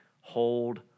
hold